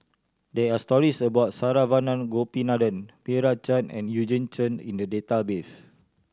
there are stories about Saravanan Gopinathan Meira Chand and Eugene Chen in the database